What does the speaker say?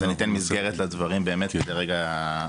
אני אתן מסגרת לדברים באמת כדי --- רק רגע,